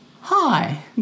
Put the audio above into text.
Hi